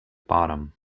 bottom